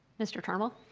mr. turnbull?